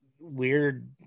weird